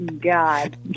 God